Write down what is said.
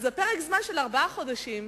אז פרק זמן של ארבעה חודשים,